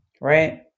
right